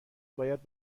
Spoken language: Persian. باید